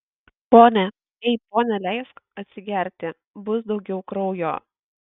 pone ei pone leisk atsigerti bus daugiau kraujo